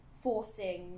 forcing